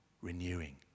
renewing